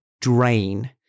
drain